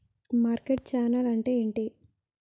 Market channel అంటే ఏంటి?